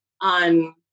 on